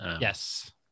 Yes